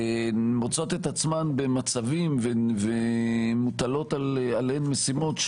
מוצאות את עצמן במצבים ומוטלות עליהן משימות,